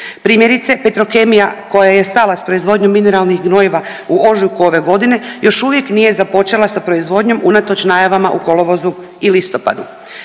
Primjerice Petrokemija koja je stala s proizvodnjom mineralnih gnojiva u ožujku ove godine još uvijek nije započela sa proizvodnjom unatoč najavama u kolovozu i listopadu.